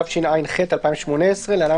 התשע"ח 2018 (להלן,